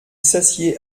s’assied